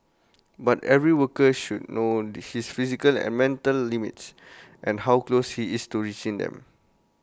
but every worker should know his physical and mental limits and how close he is to reaching them